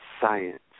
Science